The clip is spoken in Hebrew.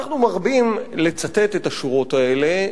אנחנו מרבים לצטט את השורות האלה.